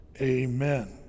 Amen